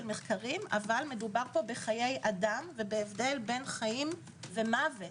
מחקרים אבל מדובר פה בחיי אדם ובהבדל בין חיים ומוות.